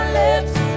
lips